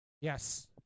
Yes